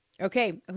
Okay